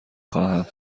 خواهم